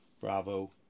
Bravo